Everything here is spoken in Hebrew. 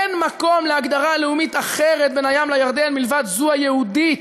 אין מקום להגדרה לאומית אחרת בין הים לירדן מלבד זו היהודית.